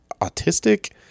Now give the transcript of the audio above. autistic